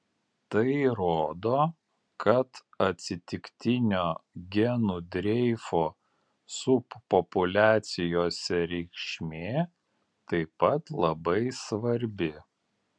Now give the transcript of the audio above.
tai rodo kad atsitiktinio genų dreifo subpopuliacijose reikšmė taip pat labai svarbi